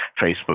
Facebook